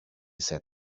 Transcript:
said